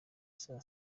saa